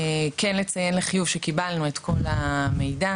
אציין לחיוב שקיבלנו את כל המידע.